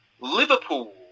Liverpool